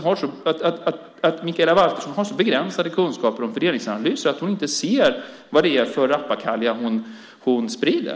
Har Mikaela Valtersson så begränsade kunskaper om fördelningsanalyser att hon inte ser vad det är för rappakalja hon sprider?